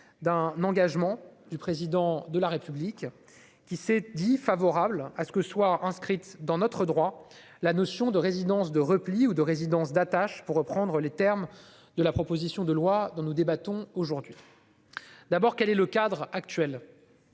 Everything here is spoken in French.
d'un engagement du Président de la République. Celui-ci s'est déclaré favorable à l'inscription dans notre droit de la notion de « résidence de repli »- ou de « résidence d'attache » pour reprendre les termes de la proposition de loi dont nous débattons aujourd'hui. Quel est le cadre actuel ?